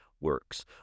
works